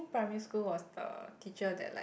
primary school was the teacher that like